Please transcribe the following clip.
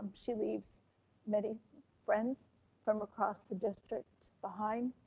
she leaves many friends from across the district behind.